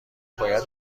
باید